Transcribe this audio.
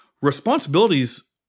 responsibilities